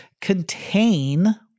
contain